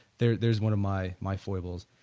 there there is one of my my foibles.